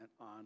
on